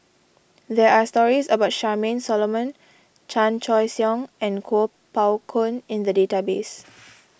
there are stories about Charmaine Solomon Chan Choy Siong and Kuo Pao Kun in the database